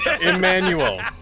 Emmanuel